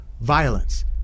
Violence